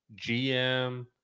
GM